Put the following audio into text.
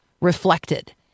reflected